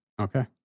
Okay